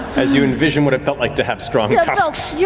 as you envision what it felt like to have strong tusks. yeah